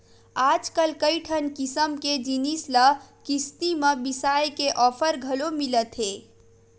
आजकल कइठन किसम के जिनिस ल किस्ती म बिसाए के ऑफर घलो मिलत हे